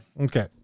okay